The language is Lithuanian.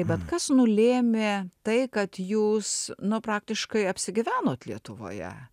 bet kas nulėmė tai kad jūs nu praktiškai apsigyvenot lietuvoje